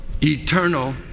Eternal